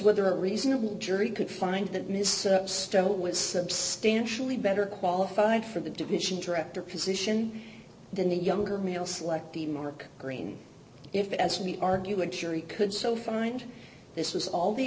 whether a reasonable jury could find that mr stoll was substantially better qualified for the division director position than the younger male selectee mark green if as we argue a jury could so find this was all the